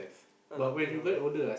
uh nothing else ah